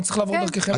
למה צריך לעבור דרככם?